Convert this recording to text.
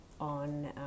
on